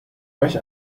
euch